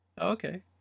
Okay